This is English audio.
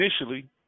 initially